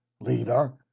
leader